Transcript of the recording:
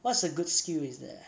what good skill is there